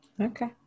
Okay